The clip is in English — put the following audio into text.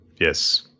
Yes